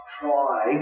try